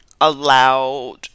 allowed